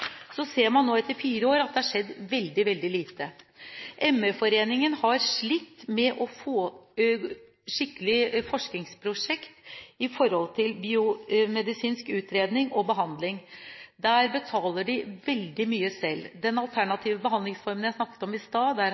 Så ser man nå etter fire år at det har skjedd veldig, veldig lite. ME-foreningen har slitt med å få til skikkelige forskningsprosjekt i forhold til biomedisinsk utredning og behandling. Der betaler de veldig mye selv. Når det gjelder den alternative behandlingsformen jeg snakket om i stad,